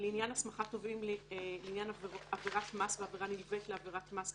לעניין הסמכת תובעים לעניין עבירת מס ועבירה נלווית לעבירת מס,